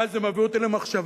ואז זה מביא אותי למחשבה,